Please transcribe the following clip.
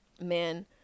Man